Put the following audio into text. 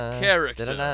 character